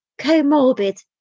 comorbid